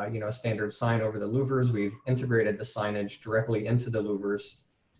ah you know, standard sign over the louvers we've integrated the signage directly into the louvers